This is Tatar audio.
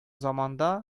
заманда